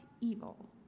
evil